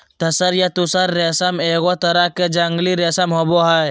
तसर या तुसह रेशम एगो तरह के जंगली रेशम होबो हइ